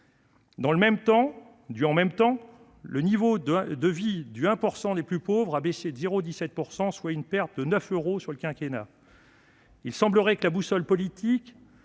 En même temps », le niveau de vie du 1 % le plus pauvre a baissé de 0,17 %, soit une perte de 9 euros sur le quinquennat. Il semblerait que la boussole politique